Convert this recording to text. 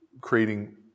creating